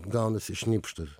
gaunasi šnipštas